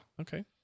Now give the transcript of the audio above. okay